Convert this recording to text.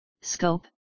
scope